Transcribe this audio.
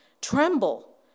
Tremble